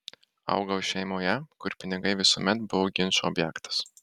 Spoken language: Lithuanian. augau šeimoje kur pinigai visuomet buvo ginčo objektas